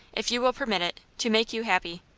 if you will permit it, to make you happy.